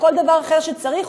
או כל דבר אחר שצריך,